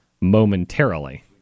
momentarily